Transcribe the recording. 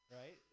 right